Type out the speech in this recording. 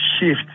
shift